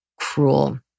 cruel